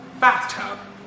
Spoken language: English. bathtub